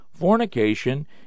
Fornication